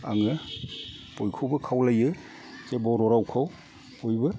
आङो बयखौबो खावलायो जे बर' रावखौ बयबो